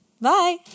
Bye